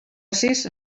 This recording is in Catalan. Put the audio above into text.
sis